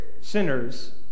sinners